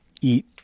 eat